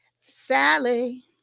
Sally